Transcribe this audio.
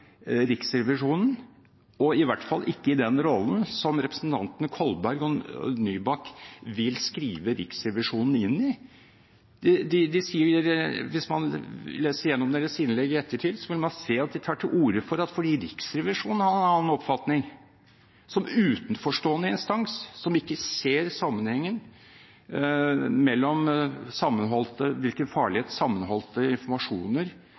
Riksrevisjonen, og i hvert fall ikke i den rollen som representantene Kolberg og Nybakk vil skrive Riksrevisjonen inn i. Hvis man leser gjennom deres innlegg i ettertid, vil man se at de tar til orde for at det er fordi Riksrevisjonen har en annen oppfatning – som utenforstående instans, en instans som ikke ser sammenhengen mellom hvilken farlighet sammenholdte informasjoner